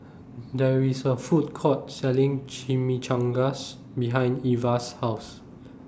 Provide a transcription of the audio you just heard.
There IS A Food Court Selling Chimichangas behind Ivah's House